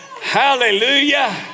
Hallelujah